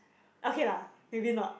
okay lah maybe not